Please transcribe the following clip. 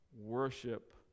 worship